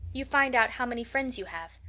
you find out how many friends you have.